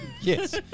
Yes